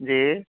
जी